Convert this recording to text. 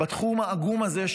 בתחום העגום הזה,